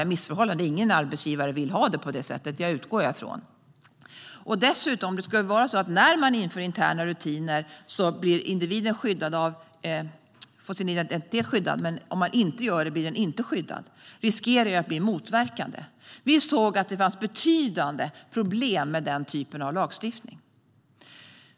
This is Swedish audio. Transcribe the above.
Jag utgår från att ingen arbetsgivare vill ha det på det sättet. Individen får sin identitet skyddad när man inför interna rutiner, men om man inte gör det blir den inte skyddad. Det riskerar att bli motverkande. Vi såg att det fanns betydande problem med den typen av lagstiftning.